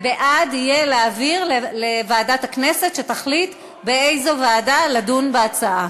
ובעד יהיה להעביר לוועדת הכנסת כדי שתחליט באיזו ועדה לדון בהצעה.